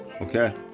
okay